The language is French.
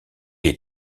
est